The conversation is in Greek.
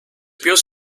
ποιος